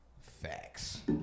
Facts